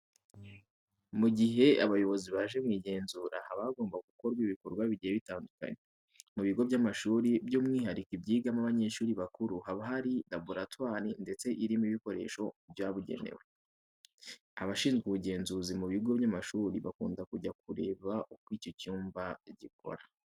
Mu gihe abayobozi baje mu igenzura haba hagomba gukorwa ibikorwa bigiye bitandukanye. Mu bigo by'amashuri by'umwihariko ibyigamo abanyeshuri bakuru haba hari laboratwari ndetse irimo n'ibikoresho byabugenewe. Abashinzwe ubugenzuzi mu bigo by'amashuri bakunda kujya kureba uko iki cyumba gikora.